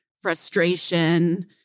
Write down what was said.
frustration